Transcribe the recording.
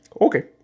okay